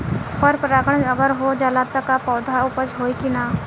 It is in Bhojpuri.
पर परागण अगर हो जाला त का पौधा उपज होई की ना?